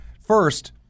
first